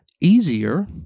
easier